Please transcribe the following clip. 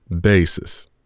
basis